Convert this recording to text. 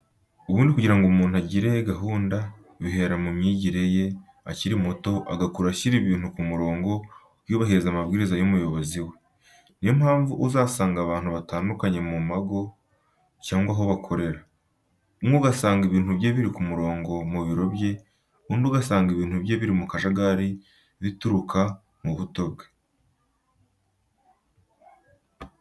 Ubundi kugira ngo umuntu agire gahunda bihera mu myigire ye akiri muto agakura ashyira ibintu ku murongo yubahiriza amabwiriza y'umuyobozi we. Ni yo mpamvu uzasanga abantu batandukanye mu mago cyangwa aho bakorera, umwe ugasanga ibintu bye biri ku murongo mu biro bye, undi ugasanga ibintu bye biri mu kajagari bituruka mu buto bwabo.